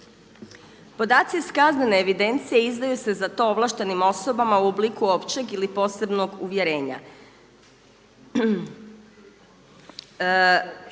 Podaci iz kaznene evidencije izdaju se za to ovlaštenim osobama u obliku općeg ili posebnog uvjerenja.